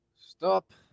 Stop